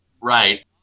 Right